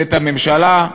ואת הממשלה,